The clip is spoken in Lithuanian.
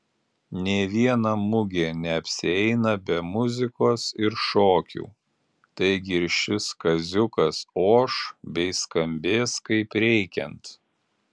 nė viena mugė neapsieina be muzikos ir šokių taigi ir šis kaziukas oš bei skambės kaip reikiant